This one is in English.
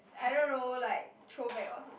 I don't know like throwback or something